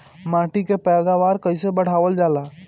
माटी के पैदावार कईसे बढ़ावल जाला?